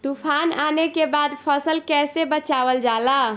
तुफान आने के बाद फसल कैसे बचावल जाला?